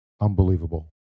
unbelievable